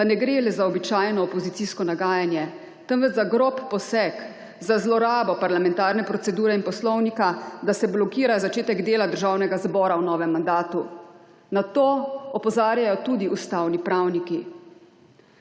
pa ne gre le za običajno opozicijsko nagajanje, temveč za grob poseg, za zlorabo parlamentarne procedure in poslovnika, da se blokira začetek dela Državnega zbora v novem mandatu. Na to opozarjajo tudi ustavni pravniki.